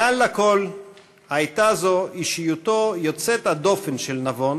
מעל לכול הייתה זו אישיותו יוצאת הדופן של נבון